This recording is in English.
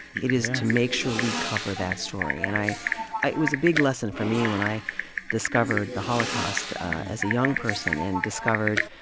it is to make sure we cover that story. and i i it was a big lesson for me when i discovered the holocaust as a young person and discovered,